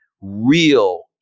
real